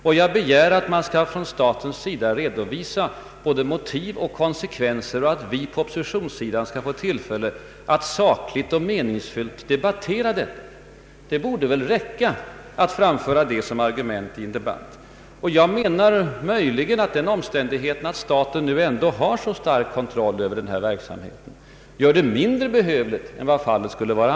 Jag har begärt att man från statens sida skall redovisa både motiv och konsekvenser och att vi på oppositionssidan skall få tillfälle att sakligt och meningsfullt debattera dessa. Det borde räcka som argument i debatten. Jag hävdar också att den omständigheten att staten redan har stark kontroll över läkemedelsförsörjningen gör det mindre behövligt att förstatliga än vad fallet eljest skulle varit.